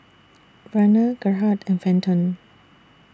Verner Gerhardt and Fenton